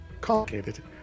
complicated